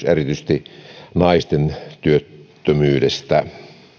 erityisesti naisten työttömyydestä joskus